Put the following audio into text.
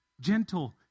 gentle